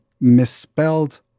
misspelled